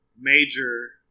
major